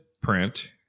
print